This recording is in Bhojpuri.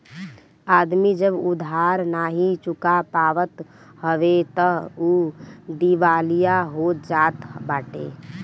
आदमी जब उधार नाइ चुका पावत हवे तअ उ दिवालिया हो जात बाटे